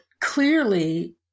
clearly